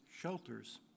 shelters